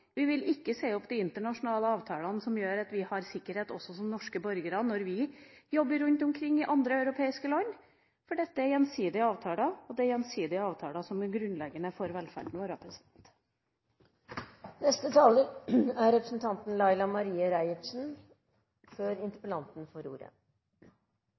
Vi vil ikke si opp Schengen-avtalen. Vi vil ikke si opp de internasjonale avtalene som gjør at vi har sikkerhet også som norske borgere når vi jobber rundt omkring i andre europeiske land, for dette er gjensidige avtaler, og det er gjensidige avtaler som er grunnleggende for velferden vår.